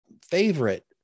favorite